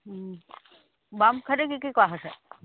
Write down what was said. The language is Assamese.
বাম খেতি কি কি কৰা হৈছে